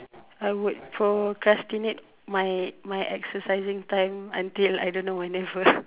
I would procrastinate my my exercising time until I don't know whenever